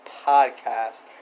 podcast